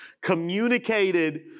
communicated